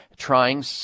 trying